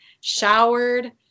showered